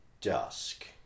dusk